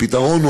הפתרון הוא,